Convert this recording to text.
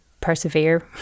persevere